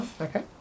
Okay